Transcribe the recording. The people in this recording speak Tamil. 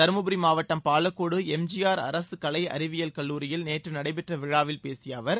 தர்மபுரி மாவட்டம் பாலக்கோடு எம்ஜிஆர் அரசு கலை அறிவியல் கல்லூரியில் நேற்று நடைபெற்ற விழாவில் பேசிய அவர்